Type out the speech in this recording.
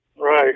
Right